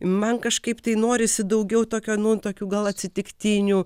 man kažkaip tai norisi daugiau tokio nu tokių gal atsitiktinių